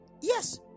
Yes